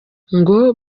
ngo